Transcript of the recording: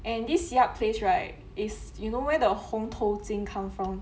and this siap place right is you know where the 红头巾 come from